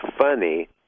funny